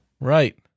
right